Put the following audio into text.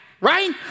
right